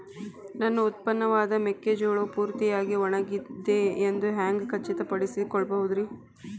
ನನ್ನ ಉತ್ಪನ್ನವಾದ ಮೆಕ್ಕೆಜೋಳವು ಪೂರ್ತಿಯಾಗಿ ಒಣಗಿದೆ ಎಂದು ಹ್ಯಾಂಗ ಖಚಿತ ಪಡಿಸಿಕೊಳ್ಳಬಹುದರೇ?